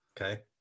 okay